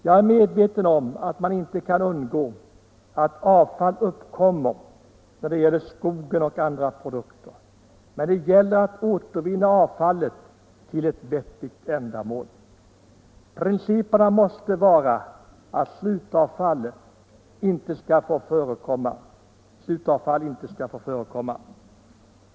Jag är medveten om att det är ofrånkomligt att avfall uppkommer vid skogsavverkning och annan produktion, men det gäller att återvinna avfallet till ett vettigt ändamål. Principerna måste vara att slutavfall inte skall få förekomma.